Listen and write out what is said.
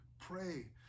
pray